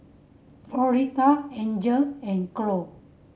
Floretta Angel and Cloyd